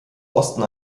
osten